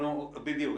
בדיוק.